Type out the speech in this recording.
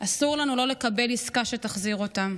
לנו לא לקבל עסקה שתחזיר אותם.